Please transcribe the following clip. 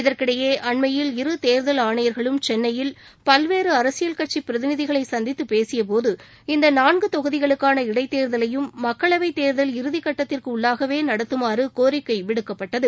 இதற்கிடையே அண்மையில் இரு தேர்தல் ஆணையர்களும் சென்னையில் பல்வேறுஅரசியல் கட்சிபிரதிநிதிகளைசந்தித்துப் பேசியபோது இந்தநாள்குதொகுதிகளுக்கான இடைத் தேர்தலையும் மக்களவைத் தேர்தல் இறுதிக் கட்டத்திற்குஉள்ளாகவேநடத்துமாறுகோரிக்கைவிடுக்கப்பட்டது